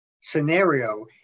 scenario